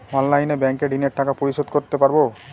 অনলাইনে ব্যাংকের ঋণের টাকা পরিশোধ করতে পারবো?